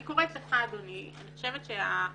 אני קוראת לך, אדוני, אני חושבת שהתפקיד